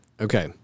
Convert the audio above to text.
Okay